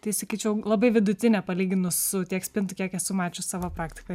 tai sakyčiau labai vidutinė palyginus su tiek spintų kiek esu mačius savo praktikoj